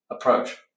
approach